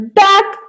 back